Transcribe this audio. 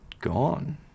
gone